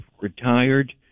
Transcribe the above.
retired